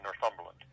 Northumberland